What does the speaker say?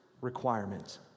requirements